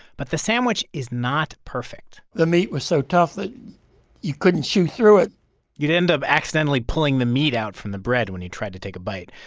but the sandwich is not perfect the meat was so tough that you couldn't chew through it you'd end up accidentally pulling the meat out from the bread when you tried to take a bite.